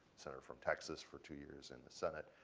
senator from texas, for two years in the senate.